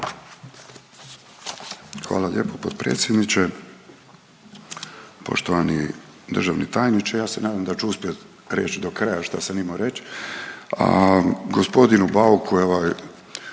Hvala lijepo potpredsjedniče. Poštovani državni tajniče, ja se nadam da ću uspjet reći do kraja šta sam imao reći,